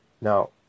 Now